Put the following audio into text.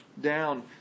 down